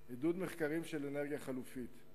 עידוד מחקרים של אנרגיה חלופית,